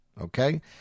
okay